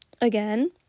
again